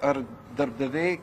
ar darbdaviai